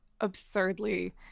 absurdly